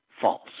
false